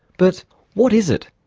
but what is it?